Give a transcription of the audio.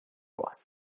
was